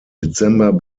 dezember